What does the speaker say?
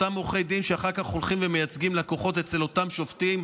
אותם עורכי דין שאחר כך הולכים ומייצגים לקוחות אצל אותם שופטים,